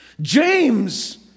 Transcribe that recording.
James